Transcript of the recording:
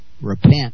repent